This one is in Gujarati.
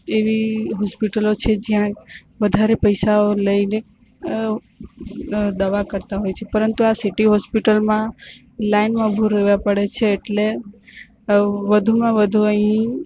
એવી હોસ્પિટલો છે જ્યાં વધારે પૈસાઓ લઈને દવા કરતા હોય છે પરંતુ આ સિટી હોસ્પિટલમાં લાઇનમાં ઊભું રહેવા પડે છે એટલે વધુમાં વધુ અહીં